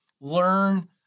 Learn